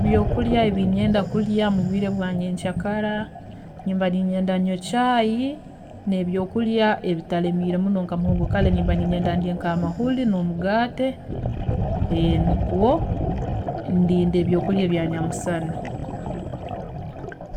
﻿Ebyokurya ebinyenda kurya mubwiire bwanyenkyakara, nimba ninyenda nywe caayi nebyokurya ebitaremiire muno nka muhogo, kare nimba ninyenda ndye nka'mahuri nomugaate, nikwe ndinde ebyokurya ebya nyamisana